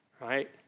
right